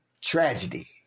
tragedy